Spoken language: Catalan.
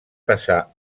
passar